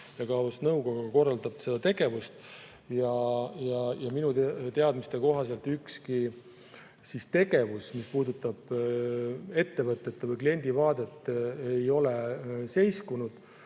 ja koos nõukoguga korraldab seda tegevust. Ja minu teadmiste kohaselt ükski tegevus, mis puudutab ettevõtete või klientide vaadet, ei ole seiskunud.